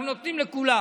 אנחנו נותנים לכולם.